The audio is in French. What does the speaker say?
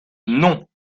non